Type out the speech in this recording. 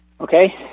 Okay